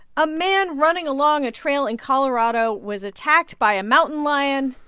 a man running along a trail in colorado was attacked by a mountain lion,